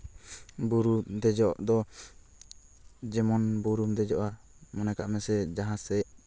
ᱵᱩᱨᱩ ᱫᱮᱡᱚᱜ ᱫᱚ ᱡᱮᱢᱚᱱ ᱵᱩᱨᱩᱢ ᱫᱮᱡᱚᱜᱼᱟ ᱢᱚᱱᱮ ᱠᱟᱜ ᱢᱮᱥᱮ ᱡᱟᱦᱟᱸ ᱥᱮᱫ